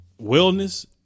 wellness